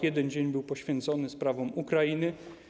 Jeden dzień był poświęcony sprawom Ukrainy.